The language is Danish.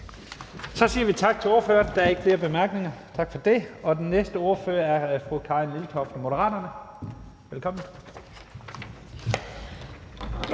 Så siger vi tak til ordføreren. Der er ikke flere korte bemærkninger. Den næste ordfører er fru Karin Liltorp fra Moderaterne. Velkommen.